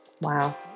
Wow